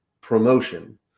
promotion